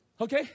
Okay